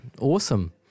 Awesome